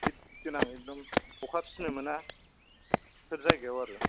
hit गोनां एकदम अखा फिसिनो मोना बेफोर जायगायाव आरो